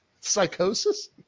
psychosis